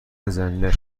زلنر